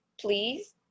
please